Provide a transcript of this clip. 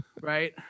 Right